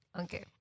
Okay